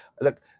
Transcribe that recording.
look